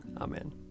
Amen